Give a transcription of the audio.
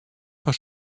fan